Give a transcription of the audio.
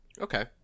Okay